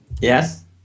Yes